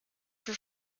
for